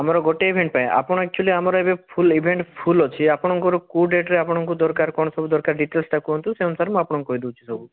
ଆମର ଗୋଟେ ଇଭେଣ୍ଟ୍ ପାଇଁ ଆପଣ ଏକ୍ଚୌଲି ଆମର ଏବେ ଫୁଲ୍ ଇଭେଣ୍ଟ୍ ଫୁଲ୍ ଅଛି ଆପଣଙ୍କର କୋଉ ଡ଼େଟ୍ରେ ଆପଣଙ୍କୁ ଦରକାର କ'ଣ ସବୁ ଦରକାର ଡ଼ିଟେଲ୍ସ୍ଟା କୁହନ୍ତୁ ସେଇ ଅନୁସାରେ ମୁଁ ଆପଣଙ୍କୁ କହିଦେଉଛି ସବୁ